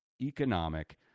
economic